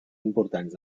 importants